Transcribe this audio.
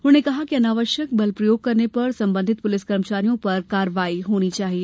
उन्होंने कहा कि अनावश्यक बलप्रयोग करने पर संबंधित पुलिस कर्मचारियों पर कार्रवाई होना चाहिए